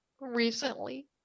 recently